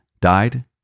died